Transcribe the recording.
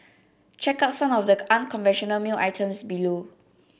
check out some of the unconventional mail items below